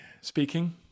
speaking